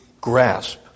grasp